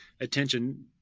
attention